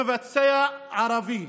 למבצע ערבי.